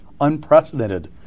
unprecedented